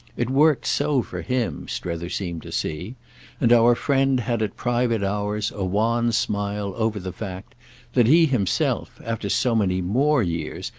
it worked so for him, strether seemed to see and our friend had at private hours a wan smile over the fact that he himself, after so many more years,